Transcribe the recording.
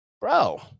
bro